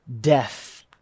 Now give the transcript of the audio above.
death